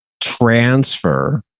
transfer